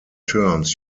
terms